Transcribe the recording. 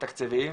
תקציבים,